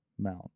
Mount